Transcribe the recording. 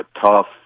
tough